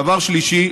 דבר שלישי,